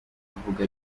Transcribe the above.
kuvuga